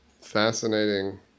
fascinating